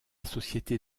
société